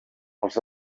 pels